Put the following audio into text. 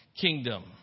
kingdom